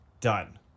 done